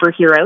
superheroes